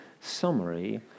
summary